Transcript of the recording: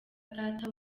data